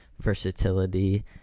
versatility